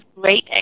great